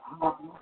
हॅं